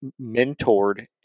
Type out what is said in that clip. mentored